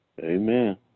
Amen